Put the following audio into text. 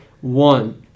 One